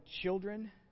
children